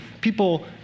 people